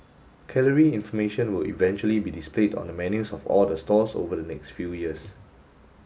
calorie information will eventually be displayed on the menus of all the stalls over the next few years